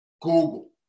Google